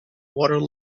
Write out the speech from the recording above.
water